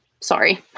sorry